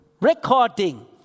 recording